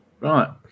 Right